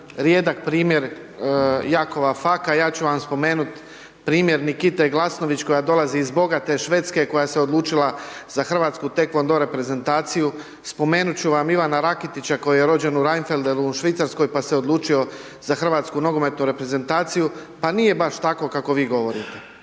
rijedak primjer Jakova Faka, ja ću vam spomenut primjer Nikite Glasnović koja dolazi iz bogate Švedske koja se odlučila za hrvatsku taekwondo reprezentaciju, spomenut ću vam Ivana Raketića koji je rođen u Rheinfeldenu u Švicarskoj pa se odlučio za hrvatsku nogometnu reprezentaciju pa nije baš tako kako vi govorite.